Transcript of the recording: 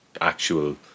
actual